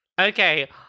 Okay